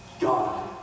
God